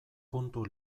puntu